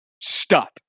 Stop